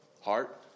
heart